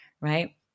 right